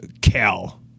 Cal